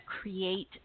create